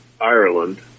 Ireland